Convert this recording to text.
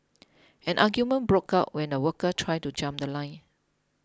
an argument broke out when a worker tried to jump The Line